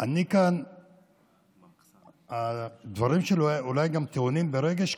כאן הדברים שלי אולי גם טעונים ברגש,